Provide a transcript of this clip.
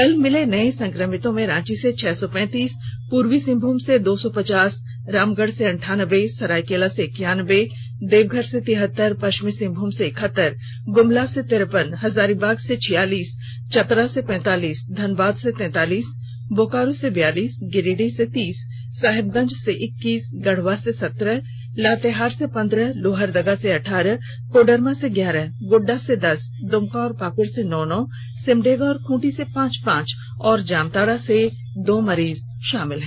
कल मिले नए संक्रमितों में रांची से छह सौ पैंतीस पूर्वी सिंहभूम से दो सौ पचास रामगढ़ से अंठानबे सरायकेला से इक्यानबे देवघर से तिहतर पश्चिमी सिंहभूम से एकहतर गुमला से तिरेपन हजारीबाग से छियालीस चतरा से पैंतालीस धनबाद से तैंतालीस बोकारो से बयालीस गिरिडीह से तीस साहेबगंज से इक्कीस गढ़वा से सत्रह लातेहार से पंद्रह लोहरदगा से अठारह कोडरमा से ग्यारह गोड्डा से दस दुमका और पाकुड़ से नौ नौ सिमडेगा और खूंटी से पांच पांच और जामताड़ा से दो मरीज शामिल हैं